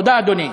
תודה, אדוני.